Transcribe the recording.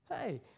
Hey